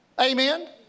Amen